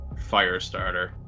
Firestarter